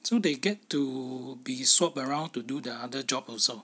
so they get to be swap around to do the other job also